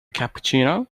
cappuccino